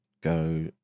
go